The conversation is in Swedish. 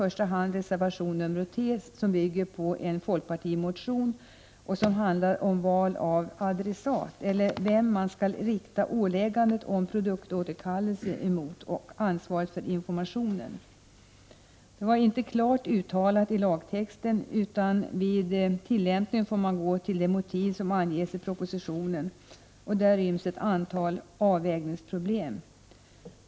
Reservation 3, som bygger på en folkpartimotion, handlar om val av adressat för ett åläggande om varningsinformation eller produktåterkallelse. Detta är inte klart uttalat i lagtexten, utan man måste vid tillämpningen gå till de motiv som anges i propositionen, och då får man ett antal avvägningsproblem.